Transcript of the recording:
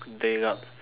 they got